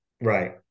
Right